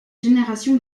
génération